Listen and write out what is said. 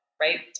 right